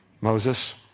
Moses